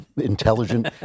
intelligent